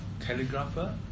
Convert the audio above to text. Calligrapher